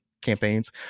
campaigns